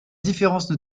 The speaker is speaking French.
différence